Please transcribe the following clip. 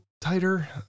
tighter